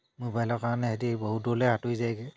মোবাইলৰ কাৰণে সিহঁতে বহুত দূৰলৈ আঁতৰি যায়গৈ